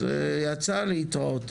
אז להתראות.